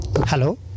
Hello